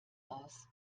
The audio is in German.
aus